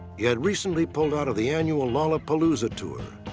he had recently pulled out of the annual lollapalooza tour,